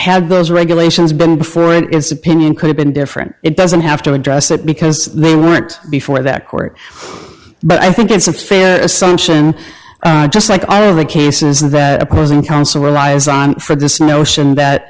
had those regulations been before and it's opinion could have been different it doesn't have to address that because they weren't before that court but i think it's a fair assumption just like all of the cases and the opposing counsel relies on for this notion that